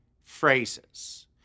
phrases